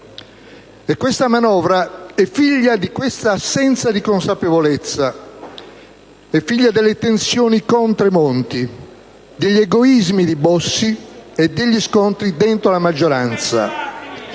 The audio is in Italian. E questa manovra è figlia di quest'assenza di consapevolezza. È figlia delle tensioni con Tremonti, degli egoismi di Bossi e degli scontri dentro la maggioranza.